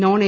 non A